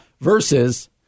versus